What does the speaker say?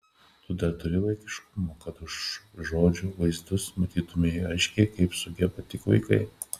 tu dar turi vaikiškumo kad už žodžių vaizdus matytumei aiškiai kaip sugeba tik vaikai